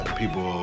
people